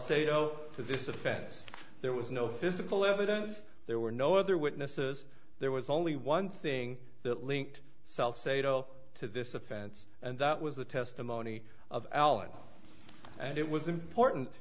offense there was no physical evidence there were no other witnesses there was only one thing that linked self sado to this offense and that was the testimony of allen and it was important